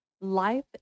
life